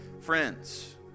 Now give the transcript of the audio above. friends